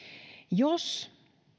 jos